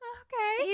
okay